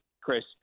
Chris